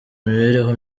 imibereho